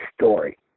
story